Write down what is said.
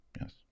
Yes